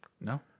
No